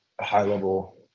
high-level